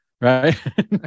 right